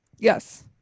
yes